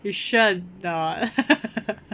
you sure or not